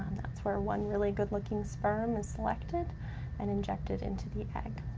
that's where one really good-looking sperm is selected and injected into the egg.